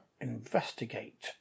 investigate